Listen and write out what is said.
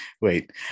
wait